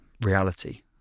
reality